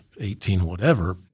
18-whatever